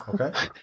Okay